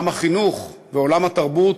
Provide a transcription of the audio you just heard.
עולם החינוך ועולם התרבות,